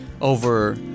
over